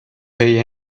pay